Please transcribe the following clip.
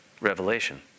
revelation